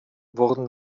wurden